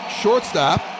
Shortstop